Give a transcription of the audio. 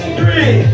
three